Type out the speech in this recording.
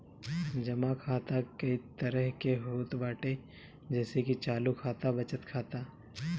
जमा खाता कई तरही के होत बाटे जइसे की चालू खाता, बचत खाता